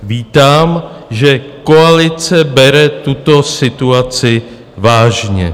Vítám, že koalice bere tuto situaci vážně.